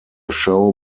show